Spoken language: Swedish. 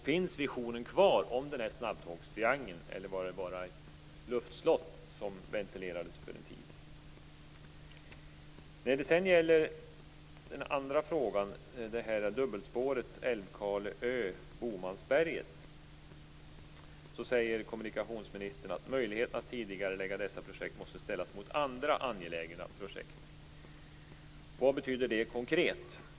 Finns visionen om en snabbtågstriangel kvar, eller var det bara ett luftslott, något som ventilerades för en tid? När det sedan gäller min andra fråga om dubbelspåret Älvkarleö-Bomansberget säger kommunikationsministern att möjligheten att tidigarelägga dessa projekt måste ställas mot andra angelägna projekt. Vad betyder det konkret?